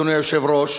אדוני היושב-ראש,